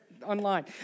online